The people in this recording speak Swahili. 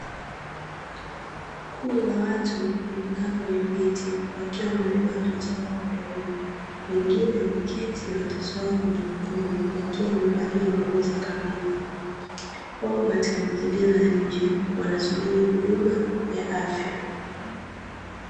Kundi la watu limekaa kwenye viti wakiwa wamebeba watoto wao wadogo. Wengine wameketi na watoto wao kwenye mikono wakiwa wamevalia nguo za kawaida. Wapo katika mazingira ya nje wanasubiri huduma ya afya.